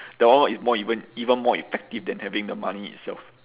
that one is more even even more effective than having the money itself